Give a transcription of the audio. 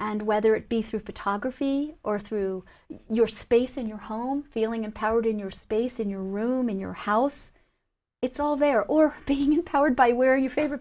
and whether it be through photography or through your space in your home feeling empowered in your space in your room in your house it's all there or being empowered by wear your favorite